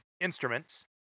instruments